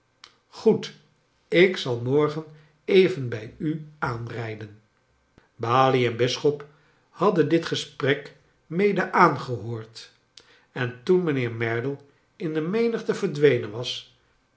groed ik zal morgen even bij u aanrijden balie en bisschop hadden dit gesprek mede aangehoord en toen mijn heer merdle in de rnenigte verdwenen was